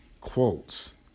quotes